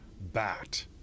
bat